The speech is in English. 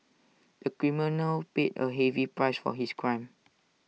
the criminal paid A heavy price for his crime